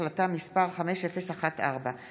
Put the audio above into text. החלטה מס' 5014,